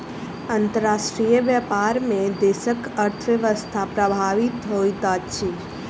अंतर्राष्ट्रीय व्यापार में देशक अर्थव्यवस्था प्रभावित होइत अछि